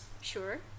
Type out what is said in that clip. Sure